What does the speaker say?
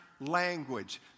language